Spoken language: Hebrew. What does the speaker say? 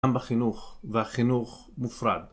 .גם בחינוך והחינוך מופרד